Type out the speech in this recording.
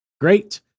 great